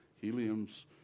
helium's